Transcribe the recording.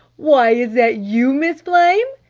why, is that you, miss flame?